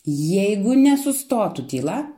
jeigu nesustotų tyla